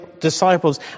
disciples